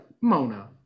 mona